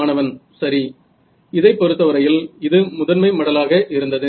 மாணவன் சரி இதைப் பொறுத்தவரையில் இது முதன்மை மடலாக இருந்தது